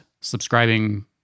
subscribing